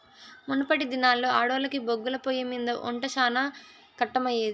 మునపటి దినాల్లో ఆడోల్లకి బొగ్గుల పొయ్యిమింద ఒంట శానా కట్టమయ్యేది